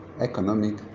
economic